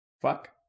Fuck